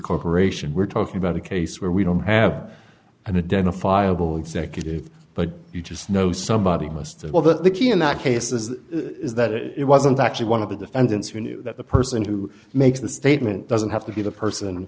corporation we're talking about a case where we don't have a dental file bill executive but you just know somebody most of all that the key in that case is is that it wasn't actually one of the defendants who knew that the person who makes the statement doesn't have to be the person